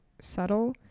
subtle